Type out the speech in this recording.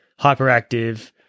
hyperactive